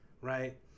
Right